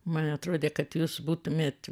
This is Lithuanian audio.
man atrodė kad jūs būtumėt